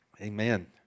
Amen